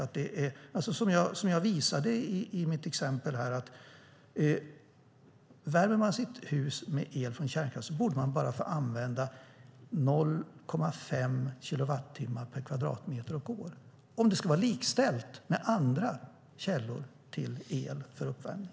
Om man, som jag visade i mitt exempel, värmer sitt hus med el från kärnkraft borde man bara få använda 0,5 kilowattimmar per kvadratmeter och år, om det ska vara likställt med andra källor till el för uppvärmning.